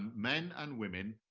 men and women,